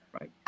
right